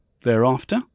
thereafter